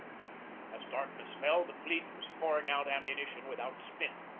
as darkness fell, the fleet was pouring out am munition without stint.